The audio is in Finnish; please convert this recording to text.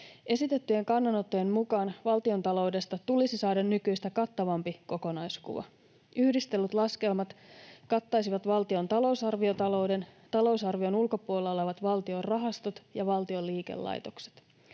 Esitettyjen kannanottojen mukaan valtiontaloudesta tulisi saada nykyistä kattavampi kokonaiskuva. Yhdistellyt laskelmat kattaisivat valtion talousarviotalouden, talousarvion ulkopuolella olevat valtion rahastot ja valtion liikelaitokset.